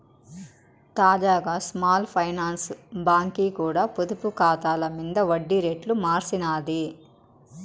తాజాగా small finance బాంకీ కూడా పొదుపు కాతాల మింద ఒడ్డి రేట్లు మార్సినాది